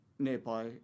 Nearby